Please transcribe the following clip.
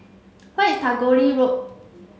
where is Tagore Road